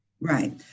Right